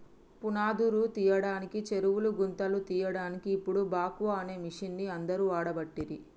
పునాదురు తీయడానికి చెరువు గుంతలు తీయడాన్కి ఇపుడు బాక్వో అనే మిషిన్ని అందరు వాడబట్టిరి